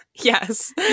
Yes